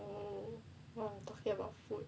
oh talking about food